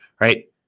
Right